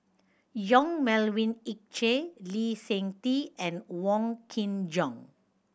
Yong Melvin Yik Chye Lee Seng Tee and Wong Kin Jong